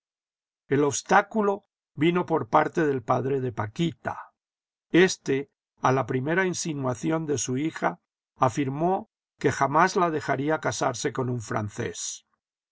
el obstáculo vino por parte del padre de paquita este a la primera insinuación de su hija afirmó que jamás la dejaría casarse con un francés